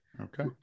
Okay